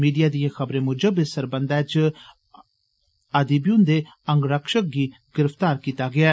media दिएं खबरें मुजब इस सरबंधे च अबीदी हुन्दे अंगरक्षक गी गिरफ्तार कीता गेआ ऐ